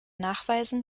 nachweisen